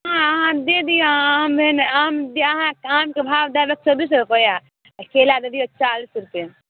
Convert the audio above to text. अहाँ दे दिअ आम है ने आमके भाव दै देब एक सए बीस रूपैआ आ केला दे दिऔ चालिस रूपे